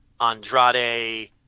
Andrade